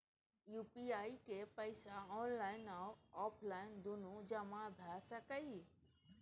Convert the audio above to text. UPI के पैसा online आ ऑफलाइन दुनू जमा भ सकै इ?